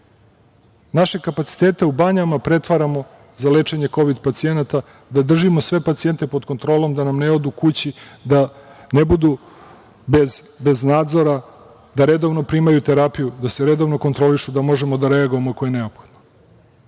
rad. Naše kapacitete u banjama pretvaramo za lečenje kovid pacijenata, da držimo sve pacijente pod kontrolom da nam ne odu kući, da ne budu bez nadzora, da redovno primaju terapiju, da se redovno kontrolišu da možemo da reagujemo ako je neophodno. Odmah